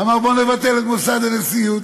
אמר: בוא נבטל את מוסד הנשיאות.